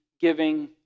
giving